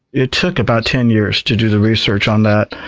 it took about ten years to do the research on that,